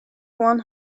one